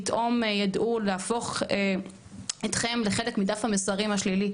פתאום ידעו להפוך אתכם לחלק מדף המסרים השלילי,